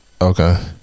Okay